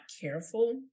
careful